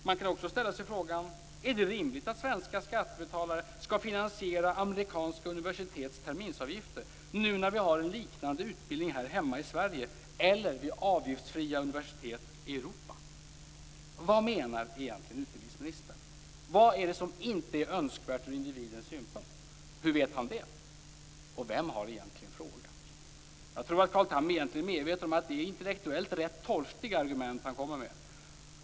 Man kan också ställa sig frågan: Är det rimligt att svenska skattebetalare skall finansiera amerikanska universitets terminsavgifter, när vi har en liknande utbildning här hemma i Sverige eller vid avgiftsfria universitet i Vad menar egentligen utbildningsministern? Vad är det som inte är önskvärt ur individens synpunkt? Hur vet han det? Och vem har egentligen frågat? Jag tror att Carl Tham egentligen är medveten om att det intellektuellt sett är rätt torftiga argument han kommer med.